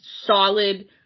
solid